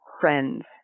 friends